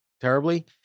terribly